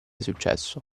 successo